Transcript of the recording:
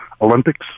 Olympics